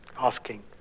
asking